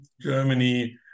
Germany